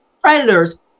predators